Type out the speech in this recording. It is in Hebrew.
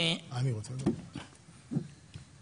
אני גם השתתפתי באיזשהו דיון אצל המנכ"ל בנושא